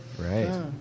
Right